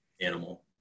animal